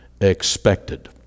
expected